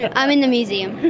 and i'm in the museum.